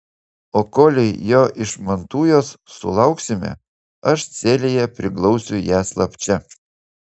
o kolei jo iš mantujos sulauksime aš celėje priglausiu ją slapčia